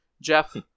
Jeff